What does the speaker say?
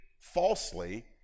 falsely